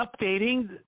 updating